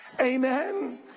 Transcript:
Amen